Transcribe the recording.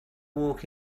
walk